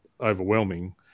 overwhelming